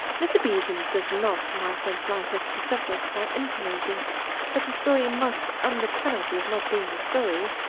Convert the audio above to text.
mr. besant does not, to my sense, light up the subject by inti mating that a story must, under penalty of not being a story,